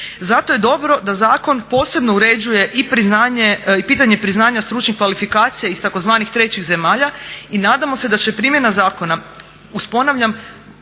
Zato je dobro da zakon posebno uređuje i priznanje i pitanje priznanja stručnih kvalifikacija iz tzv. trećih zemalja i nadamo se da će primjena zakona uz ponavljam